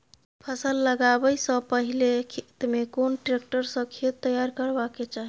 फसल लगाबै स पहिले खेत में कोन ट्रैक्टर स खेत तैयार करबा के चाही?